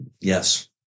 yes